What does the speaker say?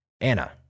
Anna